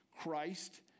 christ